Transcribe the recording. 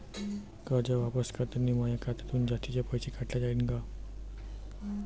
कर्ज वापस करतांनी माया खात्यातून जास्तीचे पैसे काटल्या जाईन का?